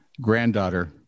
Granddaughter